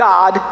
God